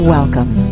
Welcome